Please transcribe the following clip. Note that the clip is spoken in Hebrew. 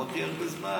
הוא הכי הרבה זמן.